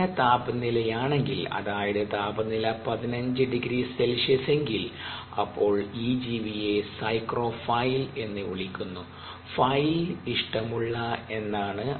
കുറഞ്ഞ താപനിലയാണെങ്കിൽ അതായത് താപനില 150C എങ്കിൽ അപ്പോൾ ഈ ജീവിയെ സൈക്രോഫൈൽ എന്നു വിളിക്കുന്നു ഫൈൽ ഇഷ്ടമുള്ള എന്നാണ്